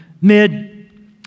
mid